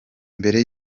mbere